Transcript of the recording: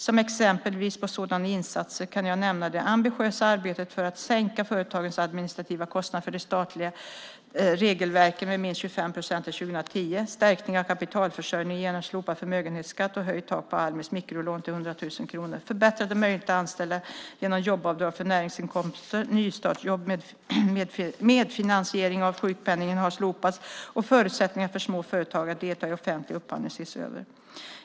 Som exempel på sådana insatser kan jag nämna det ambitiösa arbetet för att sänka företagens administrativa kostnader för de statliga regelverken med minst 25 procent till 2010, stärkning av kapitalförsörjningen genom slopad förmögenhetsskatt och höjt tak på Almis mikrolån till 100 000 kronor, förbättrade möjligheter att anställa genom jobbavdrag för näringsinkomster, nystartsjobb, medfinansieringen av sjukpenningen har slopats, och förutsättningarna för små företag att delta i offentlig upphandling ses över.